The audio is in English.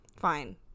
Fine